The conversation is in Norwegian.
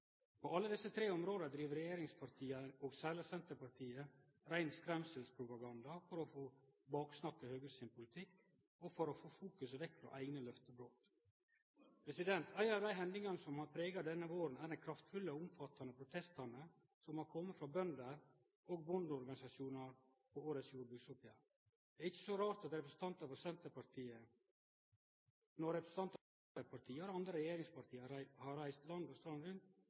På alle desse tre områda driv regjeringspartia, og særleg Senterpartiet, rein skremselspropaganda for å få baksnakke Høgre sin politikk og for å få fokuset vekk frå eigne løftebrot. Ei av dei hendingane som har prega denne våren, er dei kraftfulle og omfattande protestane som har kome frå bønder og bondeorganisasjonar mot årets jordbruksoppgjer. Det er ikkje så rart når representantar frå Senterpartiet og dei andre regjeringspartia har reist land